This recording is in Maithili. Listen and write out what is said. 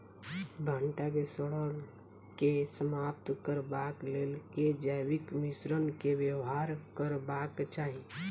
भंटा केँ सड़न केँ समाप्त करबाक लेल केँ जैविक मिश्रण केँ व्यवहार करबाक चाहि?